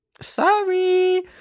Sorry